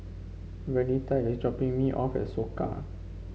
Vernita is dropping me off at Soka